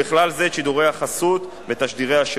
כן?